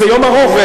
זה יום ארוך.